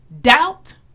doubt